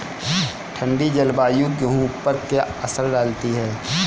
ठंडी जलवायु गेहूँ पर क्या असर डालती है?